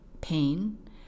pain